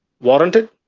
Warranted